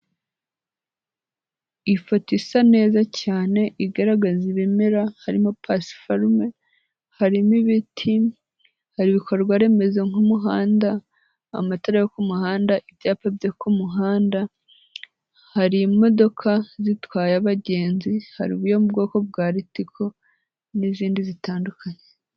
Ifoto isa neza cyane igaragaza ibimera harimo pasiparume, harimo ibiti, hari ibikorwa remezo nk'umuhanda, amatara yo ku muhanda, ibyapa byo ku muhanda, hari imodoka zitwaye abagenzi, hari iyo mu bwoko bwa ritiko n'izindi zitandukanye.